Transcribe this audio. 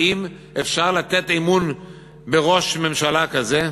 האם אפשר לתת אמון בראש ממשלה כזה,